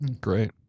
Great